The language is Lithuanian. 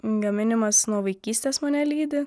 gaminimas nuo vaikystės mane lydi